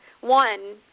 One